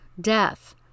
death